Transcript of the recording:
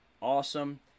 awesome